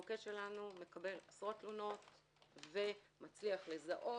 המוקד שלנו מקבל עשרות תלונות ומצליח לזהות